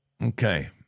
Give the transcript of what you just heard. Okay